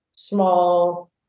small